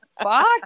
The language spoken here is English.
Fuck